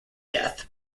death